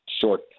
short